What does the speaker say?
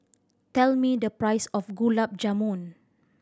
tell me the price of Gulab Jamun